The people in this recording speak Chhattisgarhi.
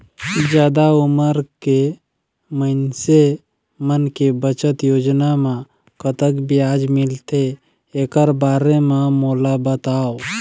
जादा उमर के मइनसे मन के बचत योजना म कतक ब्याज मिलथे एकर बारे म मोला बताव?